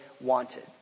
wanted